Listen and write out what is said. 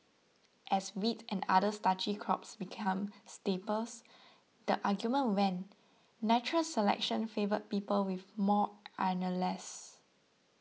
as wheat and other starchy crops became staples the argument went natural selection favoured people with more amylase